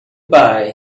bye